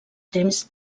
temps